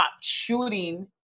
shooting